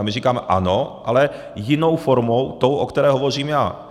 My říkáme Ano, ale jinou formou, tou, o které hovořím já.